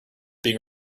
being